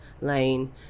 lane